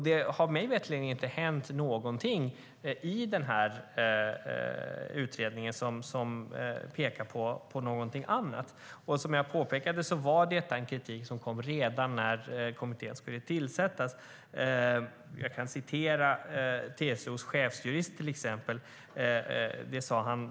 Det har mig veterligen inte hänt någonting i den här utredningen som pekar på någonting annat. Som jag påpekade var detta en kritik som kom redan när kommittén skulle tillsättas. Jag kan till exempel citera TCO:s chefsjurist.